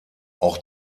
auch